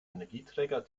energieträger